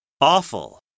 Awful